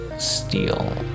steel